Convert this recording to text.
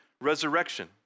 resurrection